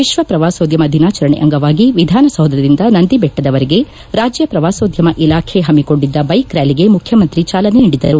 ವಿಶ್ವ ಪ್ರವಾಸೋದ್ಯಮ ದಿನಾಚರಣೆ ಅಂಗವಾಗಿ ವಿಧಾನಸೌಧದಿಂದ ನಂದಿಬೆಟ್ಟದವರೆಗೆ ರಾಜ್ಯ ಪ್ರವಾಸೋದ್ಯಮ ಇಲಾಖೆ ಹಮ್ಮಿಕೊಂಡಿದ್ದ ಬೈಕ್ ರ್ಯಾಲಿಗೆ ಮುಖ್ಯಮಂತ್ರಿ ಚಾಲನೆ ನೀಡಿದರು